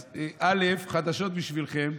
אז חדשות בשבילכם: